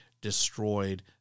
destroyed